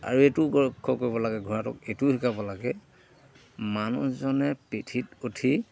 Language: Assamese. আৰু এইটোও লক্ষ্য কৰিব লাগে ঘোঁৰাটোক এইটোও শিকাব লাগে মানুহজনে পিঠিত উঠি